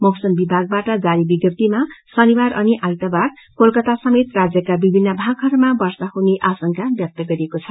मौसम विभागबाट जारी विज्ञप्तिमा शनिवार साथै आइतबार कोलकाता समेत राज्यका विभिन्न भागहरूामा वर्षा हुने आशंका व्यक्त गरिएको छ